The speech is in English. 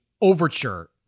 overture